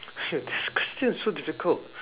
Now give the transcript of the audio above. this question is so difficult